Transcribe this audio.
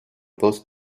dos